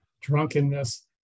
drunkenness